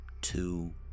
two